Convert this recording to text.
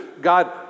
God